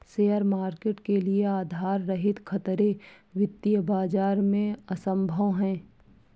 share market के लिये आधार रहित खतरे वित्तीय बाजार में असम्भव हैं